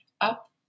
up